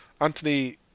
Anthony